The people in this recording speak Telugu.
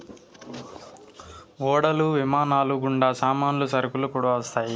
ఓడలు విమానాలు గుండా సామాన్లు సరుకులు కూడా వస్తాయి